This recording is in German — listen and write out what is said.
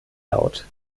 laut